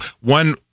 one